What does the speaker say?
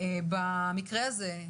במקרה הזה,